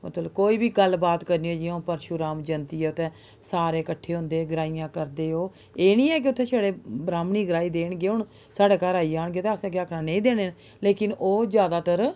मतलब कोई बी गल्ल बात करनी होऐ जि'यां हुन परशुराम जयंती ऐ उत्थै सारे कट्ठे होंदे ग्राहियां करदे ओह् एह् निं ऐ जे उत्थै छडे़ ब्राह्मनें ई ग्राही देन ते हुन साढ़े घर आई जान ते असें केह् आखना निं देने न लेकिन ओह् जैदातर